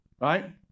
right